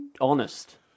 honest